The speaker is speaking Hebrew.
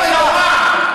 ניסיון הפיכה,